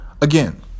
again